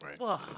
right